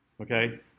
Okay